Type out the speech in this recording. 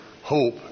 hope